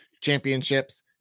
championships